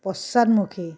পশ্চাদমুখী